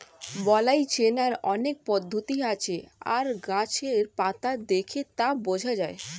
বালাই চেনার অনেক পদ্ধতি আছে আর গাছের পাতা দেখে তা বোঝা যায়